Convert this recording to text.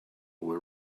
were